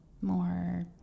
more